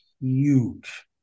huge